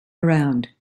around